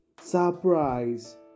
surprise